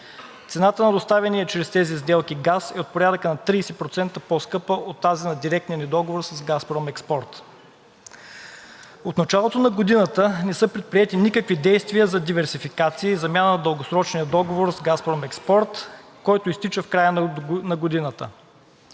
цената на доставения чрез тези сделки газ е от порядъка на 30% по-скъпа от тази на директния ни договор с „Газпром Експорт“. От началото на годината не са предприети никакви действия за диверсификация и замяна на дългосрочния договор с „Газпром Експорт“, който изтича в края на годината.